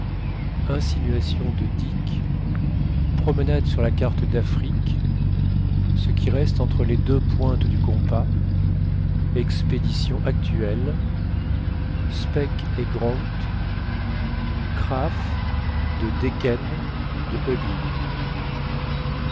insinuations de dick promenade sur la carte dafrique ce qui reste entre les deux pointes du compas expéditions actuelles speke et grant krapf de decken de